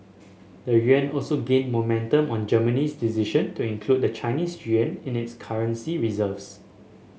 the yuan also gained momentum on Germany's decision to include the Chinese yuan in its currency reserves